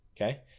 okay